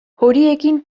horiekin